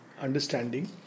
understanding